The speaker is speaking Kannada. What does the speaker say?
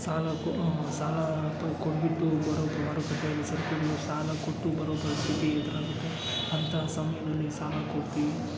ಸಾಲ ಕೋ ಸಾಲ ಕೊಟ್ಟುಬಿಟ್ಟು ಬರುವಂಥ ಮಾರುಕಟ್ಟೆಯಲ್ಲಿ ಸರಕುಗಳು ಸಾಲ ಕೊಟ್ಟು ಬರೋ ಪರಿಸ್ಥಿತಿ ಎದುರಾಗುತ್ತೆ ಅಂಥ ಸಮಯದಲ್ಲಿ ಸಾಲ ಕೊಟ್ಟು